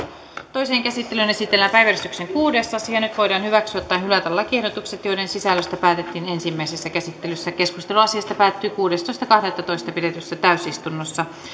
toiseen käsittelyyn esitellään päiväjärjestyksen kuudes asia nyt voidaan hyväksyä tai hylätä lakiehdotukset joiden sisällöstä päätettiin ensimmäisessä käsittelyssä keskustelu asiasta päättyi kuudestoista kahdettatoista kaksituhattakuusitoista pidetyssä täysistunnossa